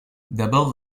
d’abord